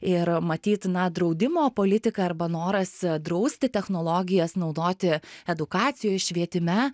ir matyt na draudimo politika arba noras drausti technologijas naudoti edukacijoj švietime